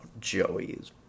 Joey's